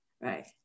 right